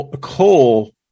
coal